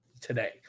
today